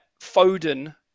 Foden